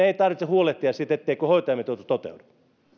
ei tarvitse huolehtia siitä etteikö hoitajamitoitus toteudu